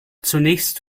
zunächst